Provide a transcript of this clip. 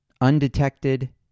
undetected